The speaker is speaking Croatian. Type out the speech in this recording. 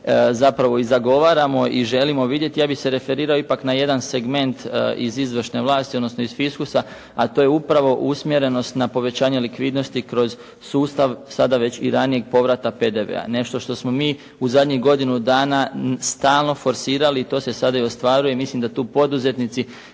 zapravo i zagovaramo i želimo vidjeti, ja bih se referirao ipak na jedan segment iz izvršne vlasti, odnosno iz fiskusa, a to je upravo usmjerenost na povećanje likvidnosti kroz sustav, sada već i ranijeg povrata PDV-a. Nešto što smo mi u zadnjih godinu dana stalno forsirali, to se sada i ostvaruje. Mislim da tu poduzetnici